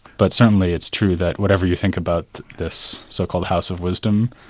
but certainly it's true that whatever you think about this so-called house of wisdom,